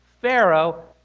Pharaoh